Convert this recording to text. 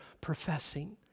professing